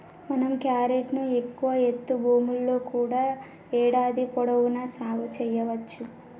మనం క్యారెట్ ను ఎక్కువ ఎత్తు భూముల్లో కూడా ఏడాది పొడవునా సాగు సెయ్యవచ్చు